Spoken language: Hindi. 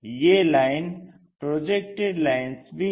ये लाइन प्रोजेक्टेड लाइन्स भी हैं